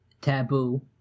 Taboo